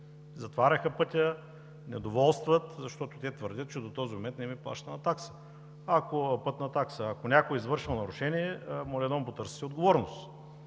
затваряха пътя, недоволстват, защото те твърдят, че до този момент не е плащана пътна такса. Ако някой е извършил нарушение, моля да му потърсите отговорност.